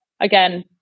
again